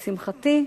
לשמחתי,